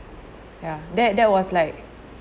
ya that that was like